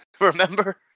Remember